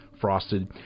frosted